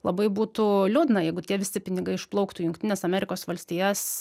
labai būtų liūdna jeigu tie visi pinigai išplauktų į jungtines amerikos valstijas